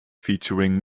featuring